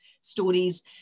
stories